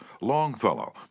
Longfellow